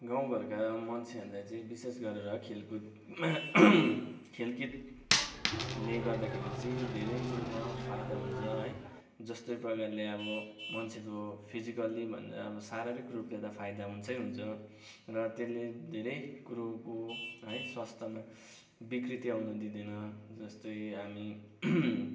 गाउँघरका मान्छेहरूले चाहिँ विशेष गरेर खेलकुदमा खेलकुदले गर्दाखेरि चाहिँ धेरै कुरोमा फाइदा हुन्छ है जस्तै प्रकारले अब मान्छेको फिजिकली भन्दा अब शारीरिक रूपले त फाइदा हुन्छै हुन्छ र त्यसले धेरै कुरोको है स्वास्थ्यमा विकृति आउनु दिँदैन जस्तै हामी